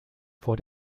vor